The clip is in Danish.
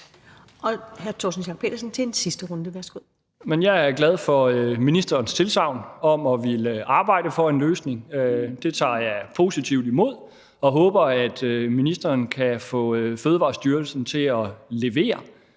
16:42 Torsten Schack Pedersen (V): Jeg er glad for ministerens tilsagn om at ville arbejde for en løsning. Det tager jeg positivt imod og håber, at ministeren kan få Fødevarestyrelsen til at levere.